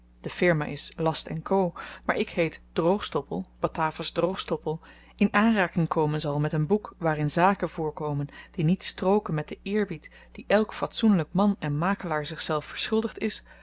naam de firma is last co maar ik heet droogstoppel batavus droogstoppel in aanraking komen zal met een boek waarin zaken voorkomen die niet strooken met den eerbied dien elk fatsoenlyk man en makelaar zichzelf verschuldigd is